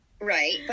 Right